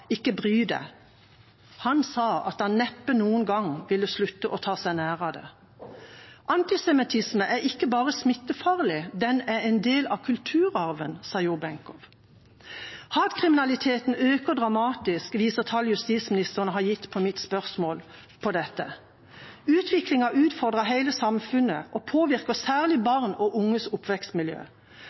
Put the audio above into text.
at han neppe noen gang ville slutte å ta seg nær av det. Antisemittisme er ikke bare smittefarlig, den er en del av kulturarven, sa Jo Benkow. Hatkriminaliteten øker dramatisk, viser tall justisministeren har oppgitt på mitt spørsmål om dette. Utviklingen utfordrer hele samfunnet og påvirker særlig barn og unges oppvekstmiljø.